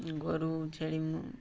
ଗୋରୁ ଛେଳି ମୁଁ